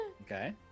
Okay